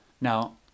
Now